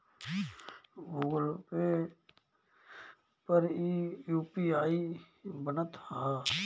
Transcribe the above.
Google Pay पर इ UPI बनत हअ